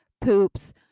poops